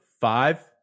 five